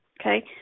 okay